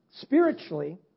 Spiritually